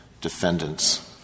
defendants